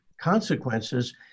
consequences